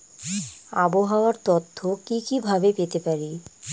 আবহাওয়ার তথ্য কি কি ভাবে পেতে পারি?